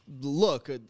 look